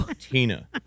Tina